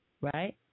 right